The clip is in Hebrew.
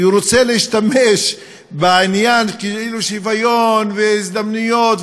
כי הוא רוצה להשתמש בעניין כאילו שוויון הזדמנויות,